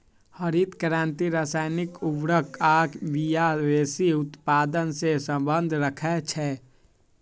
हरित क्रांति रसायनिक उर्वर आ बिया वेशी उत्पादन से सम्बन्ध रखै छै